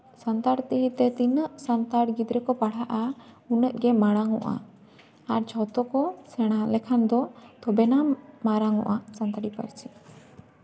ᱥᱟᱱᱛᱟᱲᱤ ᱛᱮ ᱛᱤᱱᱟᱹᱜ ᱥᱟᱱᱛᱟᱲ ᱜᱤᱫᱽᱨᱟᱹ ᱠᱚ ᱯᱟᱲᱦᱟᱜᱼᱟ ᱩᱱᱟᱹᱜ ᱜᱮ ᱱᱟᱲᱟᱝ ᱚᱜᱼᱟ ᱟᱨ ᱡᱷᱚᱛᱚ ᱠᱚ ᱥᱮᱬᱟ ᱞᱮᱠᱷᱟᱱ ᱫᱚ ᱛᱚᱵᱮᱱᱟ ᱢᱟᱨᱝᱼᱚᱜᱼᱟ ᱥᱟᱱᱛᱟᱲᱤ ᱯᱟᱹᱨᱥᱤ